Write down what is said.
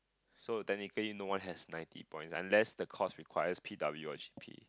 so technically no one has ninety point unless the course require P_W_P